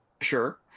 Sure